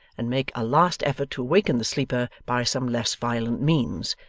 and make a last effort to awaken the sleeper by some less violent means,